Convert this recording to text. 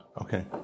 Okay